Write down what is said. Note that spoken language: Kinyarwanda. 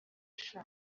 sha